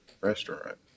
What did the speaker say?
restaurant